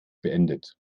beendet